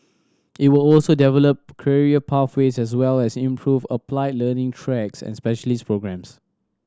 it will also develop career pathways as well as improve applied learning tracks and specialist programmes